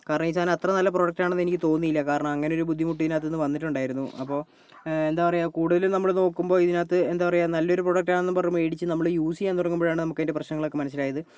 കാരണം ഈ സാധനം അത്ര നല്ല പ്രോഡക്റ്റ് ആണെന്ന് എനിക്ക് തോന്നിയില്ല കാരണം അങ്ങനെ ഒരു ബുദ്ധിമുട്ട് ഇതിനകത്ത് നിന്ന് വന്നിട്ടുണ്ടായിരുന്നു അപ്പോൾ എന്താ പറയുക കൂടുതൽ നമ്മൾ നോക്കുമ്പോൾ ഇതിനകത്ത് എന്താ പറയുക നല്ലൊരു പ്രോഡക്റ്റ് ആണെന്ന് പറഞ്ഞു മേടിച്ച് നമ്മള് യൂസ് ചെയ്യാൻ തുടങ്ങുമ്പോഴാണ് നമുക്ക് അതിൻ്റെ പ്രശ്നങ്ങളൊക്കെ മനസ്സിലായത്